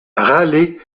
raleigh